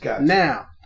Now